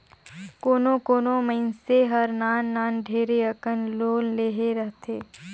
कोनो कोनो मइनसे हर नान नान ढेरे अकन लोन लेहे रहथे